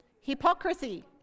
Hypocrisy